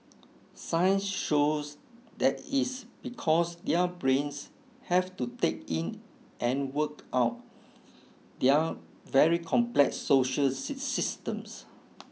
science shows that is because their brains have to take in and work out their very complex social systems